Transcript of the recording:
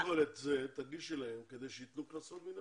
קודם כל תגישי להם את זה כדי שייתנו קנסות מינהליים.